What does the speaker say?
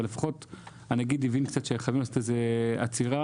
אבל לפחות הנגיד הבין שחייבים לעשות איזה עצירה.